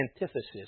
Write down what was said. antithesis